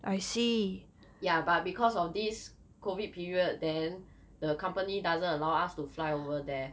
yeah but because of this COVID period then the company doesn't allow us to fly over there